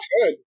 Good